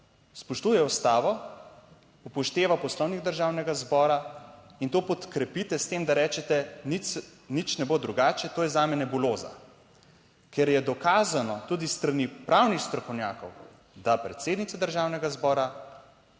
spoštuje ustavo, upošteva Poslovnik Državnega zbora in to podkrepite s tem, da rečete nič ne bo drugače, to je zame nebuloza, ker je dokazano tudi s strani pravnih strokovnjakov, da predsednica državnega zbora